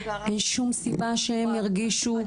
אין שום סיבה שהן ירגישו חוסר ביטחון כזה.